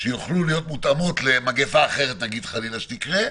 שיוכלו להיות מותאמות למגפה אחרת חלילה שתקרה,